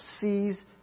sees